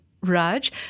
Raj